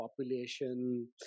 population